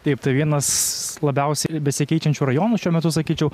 taip tai vienas labiausiai besikeičiančių rajonų šiuo metu sakyčiau